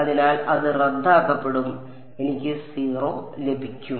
അതിനാൽ അത് റദ്ദാക്കപ്പെടും എനിക്ക് 0 ലഭിക്കും